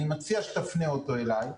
אני מציע שתפנה אותו אלי,